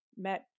met